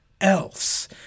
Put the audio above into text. else